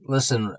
Listen